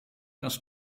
das